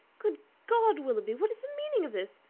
good god! willoughby, what is the meaning of this?